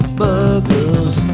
burgers